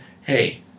hey